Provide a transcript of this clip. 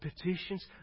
petitions